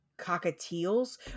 cockatiels